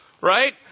right